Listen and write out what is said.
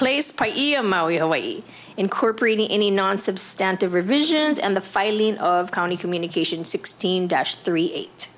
hawaii incorporating any non substantive revisions and the filing of county communication sixteen dash three eight